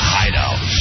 hideout